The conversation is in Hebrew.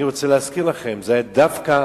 אני רוצה להזכיר לכם, זה היה דווקא